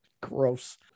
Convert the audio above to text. gross